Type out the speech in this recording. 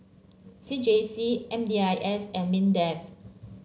C J C M D I S and Mindef